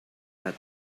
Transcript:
that